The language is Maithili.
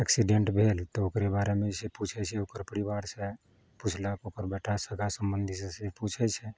एक्सीडेन्ट भेल तऽ ओकरे बारेमे जे छै से पूछै छै ओकर परिबार से पुछलक ओकर बेटा सगा सम्बन्धी से से पूछै छै